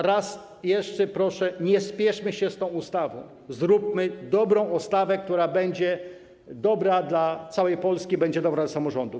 Raz jeszcze proszę: nie spieszmy się z tą ustawą, zróbmy dobrą ustawę, która będzie dobra dla całej Polski, będzie dobra dla samorządów.